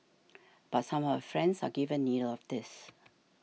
but some of her friends are given neither of these